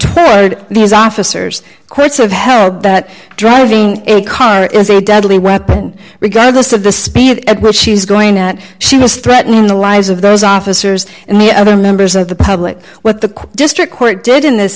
to these officers quotes of help that driving a car is a deadly weapon regardless of the speed at which she was going that she was threatening the lives of those officers and the other members of the public what the district court did in this